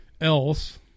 else